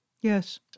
Yes